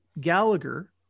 Gallagher